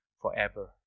forever